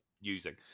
using